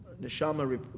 Neshama